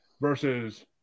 versus